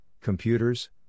computers